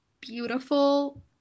beautiful